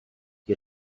die